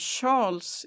Charles